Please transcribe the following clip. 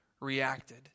reacted